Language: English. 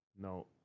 No